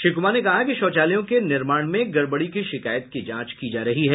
श्री कुमार ने कहा कि शौचालयों के निर्माण में गड़बड़ी की शिकायत की जांच की जा रही है